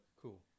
cool